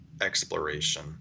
exploration